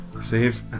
save